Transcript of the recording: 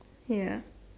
ya